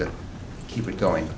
to keep it going